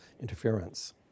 interference